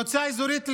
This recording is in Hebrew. במועצה אזורית אל-קסום,